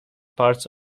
parts